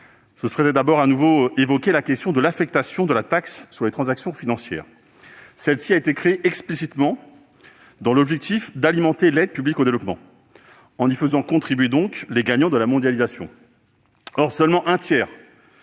j'évoquerai de nouveau la question de l'affectation de la taxe sur les transactions financières, ou TTF. Celle-ci a été créée explicitement dans l'objectif d'alimenter l'aide publique au développement, l'idée étant d'y faire contribuer les gagnants de la mondialisation.